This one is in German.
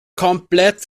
komplett